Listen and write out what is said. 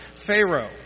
Pharaoh